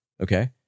Okay